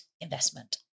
investment